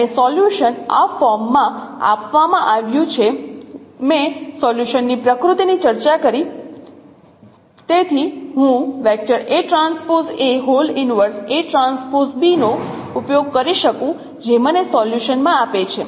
અને સોલ્યુશન આ ફોર્મમાં આપવામાં આવ્યું છે મેં સોલ્યુશનની પ્રકૃતિ ની ચર્ચા કરી તેથી હું નો ઉપયોગ કરી શકું જે મને સોલ્યુશનમાં આપે